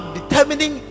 determining